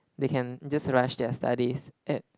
they can just rush their studies at